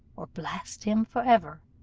or blast him for ever.